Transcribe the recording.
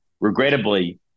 regrettably